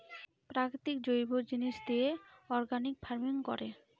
প্রাকৃতিক জৈব জিনিস দিয়ে অর্গানিক ফার্মিং করে